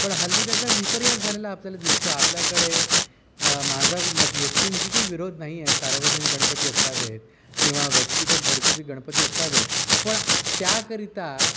पण हल्ली त्याचा विपर्यास झालेला आपल्याला दिसतो आपल्याकडे माझा यत्किंचितही विरोध नाही आहे सार्वजनिक गणपती असावेत किंवा व्यक्तिगत घरगुती गणपती असावेत पण त्याकरिता